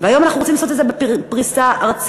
והיום אנחנו רוצים לעשות את זה בפריסה ארצית.